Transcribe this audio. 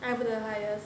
I put the highest